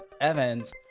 Evans